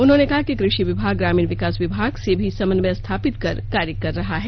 उन्होंने कहा कि कृषि विभाग ग्रामीण विकास विभाग से भी समन्वय स्थापित कर कार्य कर रहा है